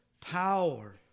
power